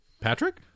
Patrick